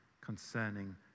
concerning